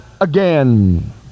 again